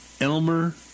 Elmer